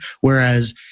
Whereas